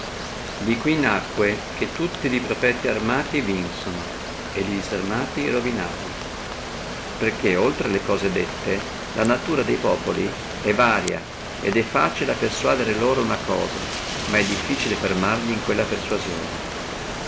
di qui nacque che tutti profeti armati vinsono e li disarmati ruinorono perché oltre alle cose dette la natura de populi è varia et è facile a persuadere loro una cosa ma è difficile fermarli in quella persuasione